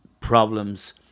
problems